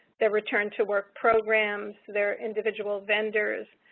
their return to work programs, their individual vendors,